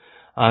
ஆகையால் 46